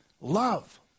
love